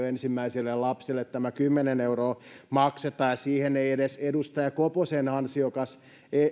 ensimmäiselle lapselle tämä kymmenen euroa maksetaan ja siihen ei edes edustaja koposen ansiokas